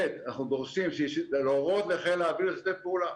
ב', אנחנו דורשים להורות לחיל האוויר לשתף פעולה.